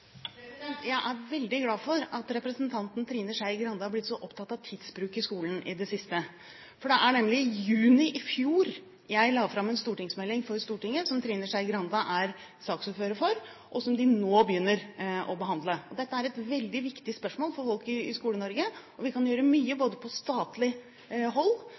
Jeg er veldig glad for at representanten Trine Skei Grande er blitt så opptatt av tidsbruk i skolen i det siste. For det var nemlig i juni i fjor at jeg la fram en stortingsmelding for Stortinget, som Trine Skei Grande er saksordfører for, og som de nå begynner å behandle. Dette er et veldig viktig spørsmål for folk i Skole-Norge, og vi kan gjøre mye på statlig hold,